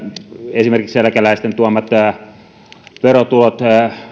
esimerkiksi eläkeläisten tuomat verotulot